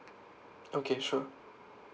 okay sure